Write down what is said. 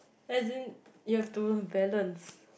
as in you have to balance